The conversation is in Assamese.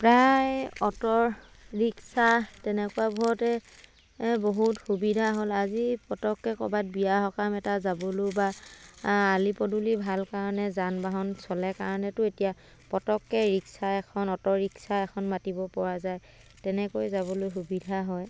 প্ৰায় অ'টোৰ ৰিক্সা তেনেকুৱাবোৰতে বহুত সুবিধা হ'ল আজি পটককৈ ক'বাত বিয়া সকাম এটা যাবলৈও বা আলি পদূলি ভাল কাৰণে যান বাহন চলে কাৰণেতো এতিয়া পটককৈ ৰিক্সা এখন অ'টোৰিক্সা এখন মাতিব পৰা যায় তেনেকৈ যাবলৈ সুবিধা হয়